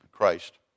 Christ